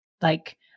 Like-